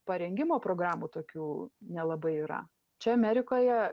parengimo programų tokių nelabai yra čia amerikoje